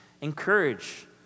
encourage